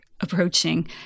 approaching